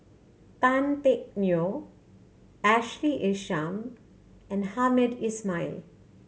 Tan Teck Neo Ashley Isham and Hamed Ismail